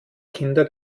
kinder